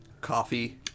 coffee